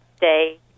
Day